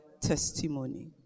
testimony